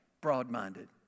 broad-minded